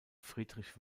friedrich